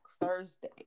Thursday